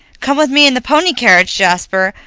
come with me in the pony carriage, jasper.